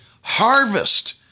harvest